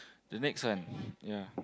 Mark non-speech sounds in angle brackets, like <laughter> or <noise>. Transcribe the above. the next one <breath> ya